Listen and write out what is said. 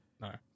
No